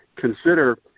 consider